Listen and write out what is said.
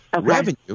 Revenue